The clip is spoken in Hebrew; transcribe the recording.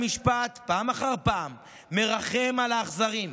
פעם אחר פעם בית המשפט מרחם על האכזרים.